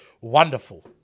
wonderful